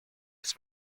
its